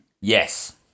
Yes